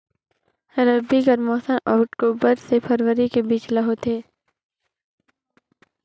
रबी कर मौसम अक्टूबर से फरवरी के बीच ल होथे